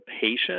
patient